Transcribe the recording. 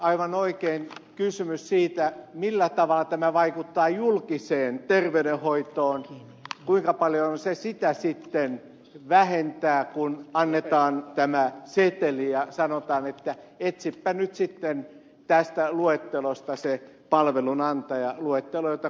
aivan oikein kysymys on siitä millä tavalla tämä vaikuttaa julkiseen terveydenhoitoon kuinka paljon se sitä sitten vähentää kun annetaan tämä seteli ja sanotaan että etsipä nyt sitten tästä luettelosta se palvelunantaja luetteloita kunta pitää